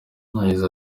yagize